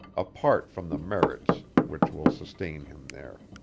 apart from the merits which will sustain him there.